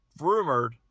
rumored